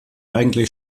eigentlich